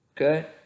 Okay